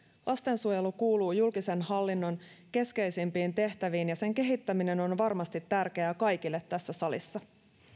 lastensuojelu kuuluu julkisen hallinnon keskeisimpiin tehtäviin ja sen kehittäminen on varmasti tärkeää kaikille tässä salissa